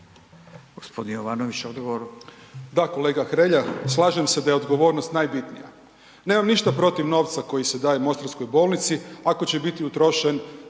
odgovor. **Jovanović, Željko (SDP)** Da kolega Hrelja, slažem se da je odgovornost najbitnija. Nemam ništa protiv novca koji se daje Mostarskoj bolnici ako će biti utrošen